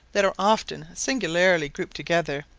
that are often singularly grouped together,